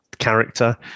Character